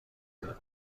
بیاد